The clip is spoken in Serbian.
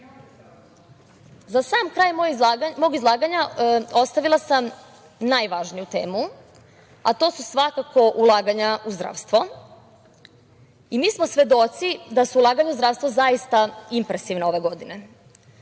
sam kraj mog izlaganja ostavila sam najvažniju temu, a to su svakako ulaganja u zdravstvo. Mi smo svedoci da su ulaganja u zdravstvo zaista impresivna ove godine.